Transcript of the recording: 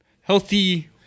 healthy